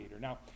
Now